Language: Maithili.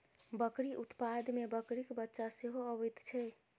बकरी उत्पाद मे बकरीक बच्चा सेहो अबैत छै